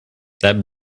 that